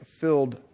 filled